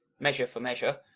measure for measure,